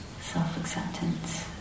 self-acceptance